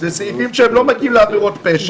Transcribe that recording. זה סעיפים שלא מגיעים לעבירות פשע.